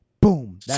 Boom